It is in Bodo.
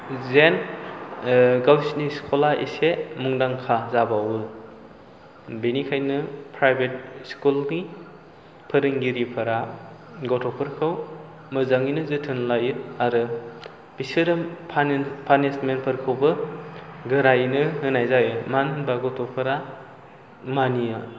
जेन गावसोरनि स्कुला एसे मुंदांखा जाबावयो बेनिखायनो प्राइभेट स्कुलनि फोरोंगिरिफोरा गथ'फोरखौ मोजाङैनो जोथोन लायो आरो बिसोरो पानिसमेटफोरखौबो गोरायैनो होनाय जायो मानो होनबा गथ'फोरा मानिया